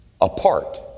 apart